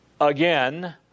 again